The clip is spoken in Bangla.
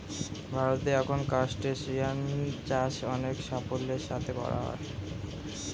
ভারতে এখন ক্রাসটেসিয়ান চাষ অনেক সাফল্যের সাথে করা হয়